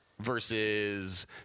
versus